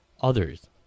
others